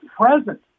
present